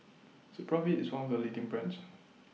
Supravit IS one of The leading brands